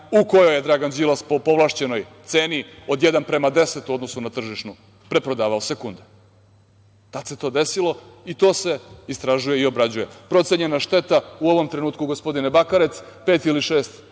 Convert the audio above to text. u koje je Dragan Đilas, po povlašćenoj ceni, od jedan prema 10 u odnosu na tržišnu, preprodavao sekunde. Tad se to desilo i to se istražuje i obrađuje. Procenjena šteta u ovom trenutku, gospodine Bakarec, pet ili